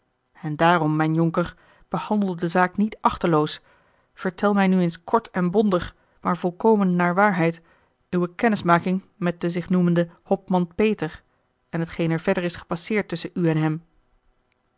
en daarom mijn jonker behandel de zaak niet achteloos vertel mij nu eens kort en bondig maar volkomen naar waarheid uwe kennismaking met den zich noemenden hopman peter en hetgeen er verder is gepasseerd tusschen u en hem